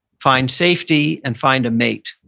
find safety, and find a mate.